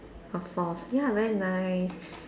or fourth ya very nice